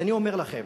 ואני אומר לכם,